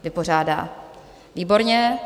Vypořádá, výborně.